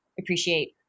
appreciate